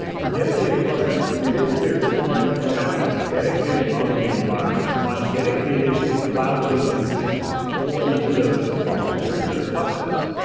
for dedicated clusters, we basically are deploying from atlas dedicated mongodb environments on dedicated cloud instances for each of those clusters, for each of those customers.